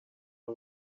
راه